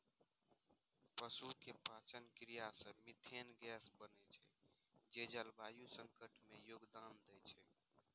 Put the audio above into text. पशुक पाचन क्रिया सं मिथेन गैस बनै छै, जे जलवायु संकट मे योगदान दै छै